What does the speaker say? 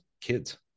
kids